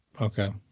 Okay